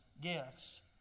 gifts